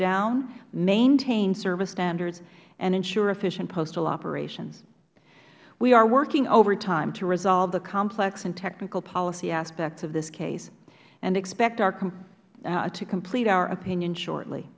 down maintain service standards and ensure efficient postal operations we are working overtime to resolve the complex and technical policy aspects of this case and expect to complete our opinion shortly